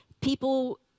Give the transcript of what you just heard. people